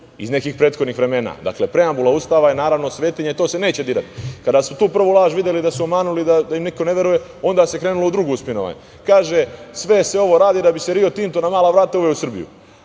iz nekih prethodnih vremena. Dakle, preambula Ustava je naravno svetinja i to se neće dirati. Kada su tu prvu laž videli da su omanuli, da im niko ne veruje, onda se krenulo u drugo spinovanje. Kaže - sve se ovo radi da bi se Rio Tinto na mala vrata uveo u Srbiju,